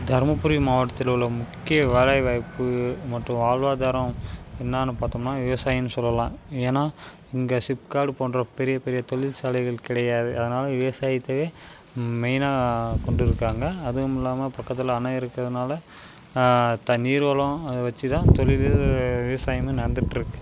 தருமபுரி மாவட்டத்திலுள்ள முக்கிய வேலைவாய்ப்பு மற்றும் வாழ்வாதாரம் என்னன்னு பார்த்தோம்னா விவசாயம்னு சொல்லலாம் ஏன்னா இங்கே சிப்காடு போன்ற பெரிய பெரிய தொழிற்சாலைகள் கிடையாது அதனால் விவசாயத்தையே மெயினாக கொண்டிருப்பாங்க அதுவும் இல்லாமல் பக்கத்தில் அணை இருக்கிறதுனால தண்ணீர் வளம் அதை வெச்சு தான் தொழிலும் விவசாயமும் நடந்துக்கிட்டுருக்கு